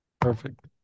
Perfect